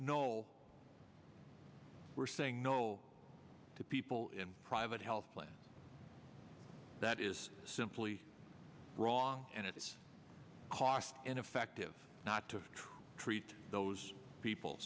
no we're saying no to people in private health plan that is simply wrong and it is cost ineffective not to try to treat those people